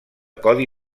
codi